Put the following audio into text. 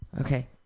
Okay